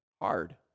hard